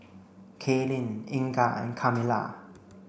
Kaylene Inga and Kamilah